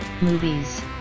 Movies